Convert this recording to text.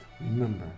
Remember